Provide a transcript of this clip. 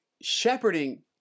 shepherding